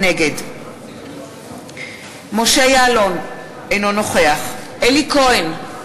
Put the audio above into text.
נגד משה יעלון, אינו נוכח אלי כהן,